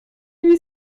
huit